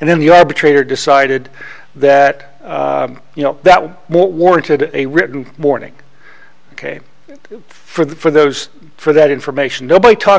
and then the arbitrator decided that you know that was more warranted a written warning ok for that for those for that information nobody talked